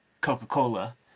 coca-cola